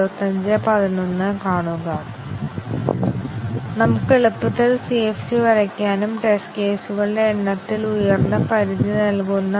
ഒരു പ്രോഗ്രാമിലെ control flow ഗ്രാഫുമായി ബന്ധപ്പെട്ട് ഒരു പ്രോഗ്രാമിലെ പാതകളെ നിർവചിച്ചിരിക്കുന്നു